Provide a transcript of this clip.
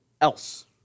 else